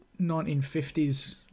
1950s